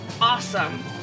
Awesome